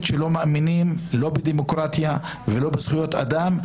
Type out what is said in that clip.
שלא מאמינים לא בדמוקרטיה ולא בזכויות אדם,